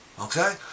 Okay